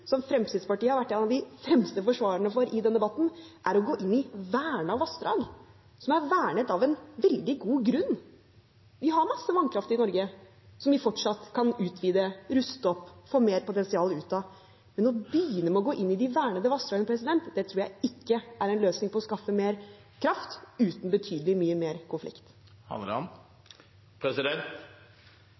som Fremskrittspartiet har vært en av de fremste forsvarerne for i den debatten – er å gå inn i vernede vassdrag. De er vernet av en veldig god grunn. Vi har masse vannkraft i Norge som vi fortsatt kan utvide, ruste opp, få mer potensial ut av, men å begynne med å gå inn i de vernede vassdragene tror jeg ikke er en løsning på å skaffe mer kraft uten betydelig mye mer